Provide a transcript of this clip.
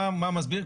מה מסביר.